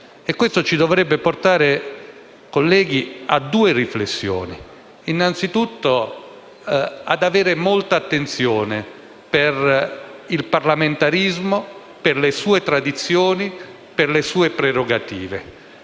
ciò ci dovrebbe portare, colleghi, a due riflessioni: innanzitutto ad avere molta attenzione per il parlamentarismo, le sue tradizioni e le sue prerogative,